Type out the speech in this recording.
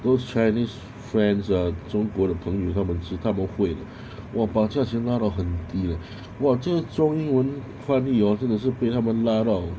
those chinese friends ah 中国的朋友他们知他们会我把价钱拉得很低 leh 哇这个中英文翻译 hor 真的是被他们拉到